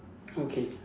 okay